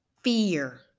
fear